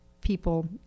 people